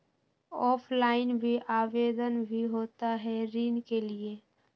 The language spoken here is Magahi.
ऑफलाइन भी आवेदन भी होता है ऋण के लिए?